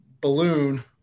balloon